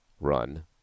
run